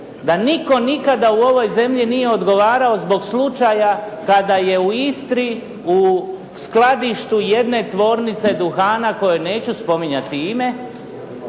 da nitko nikada u ovoj zemlji nije odgovarao zbog slučaja kada je u Istri u skladištu jedne tvornice duhana kojoj neću spominjati ime,